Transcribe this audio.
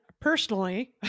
personally